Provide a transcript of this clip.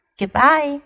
goodbye